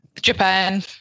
Japan